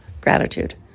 gratitude